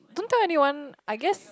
don't tell anyone I guess